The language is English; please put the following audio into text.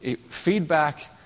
Feedback